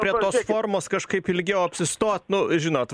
prie tos formos kažkaip ilgiau apsistot nu žinot